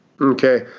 Okay